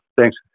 thanks